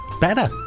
Better